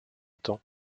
temps